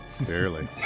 Barely